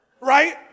Right